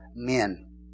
Men